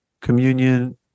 communion